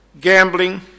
gambling